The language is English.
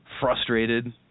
frustrated